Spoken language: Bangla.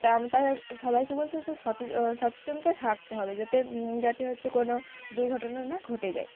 তাম তায় সবাইকে বলছি যাতে সচে সচেচনতায় থাকতে হবে যাতে যাতে হচ্ছে কোনও দুর্ঘটনা না ঘটে যায়